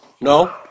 No